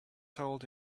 told